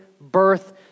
birth